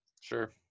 Sure